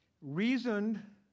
Reasoned